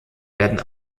werden